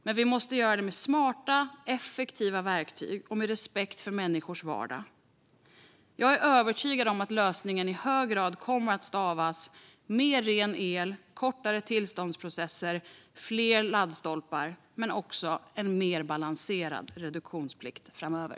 Men vi måste göra det med smarta, effektiva verktyg och med respekt för människors vardag. Jag är övertygad om att lösningen i hög grad kommer att stavas mer ren el, kortare tillståndsprocesser och fler laddstolpar men också en mer balanserad reduktionsplikt framöver.